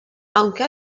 aunque